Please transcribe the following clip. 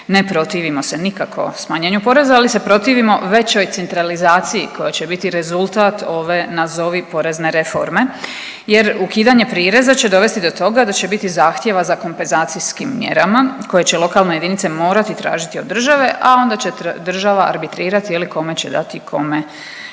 Ne protivimo se nikako smanjenju poreza, ali se protivimo većoj centralizaciji koja će biti rezultat ove nazovi porezne reforme, jer ukidanje prireza će dovesti do toga da će biti zahtjeva za kompenzacijskim mjerama koje će lokalne jedinice morati tražiti od države, a onda će država arbitrirati je li kome će dati, kome